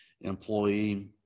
employee